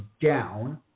down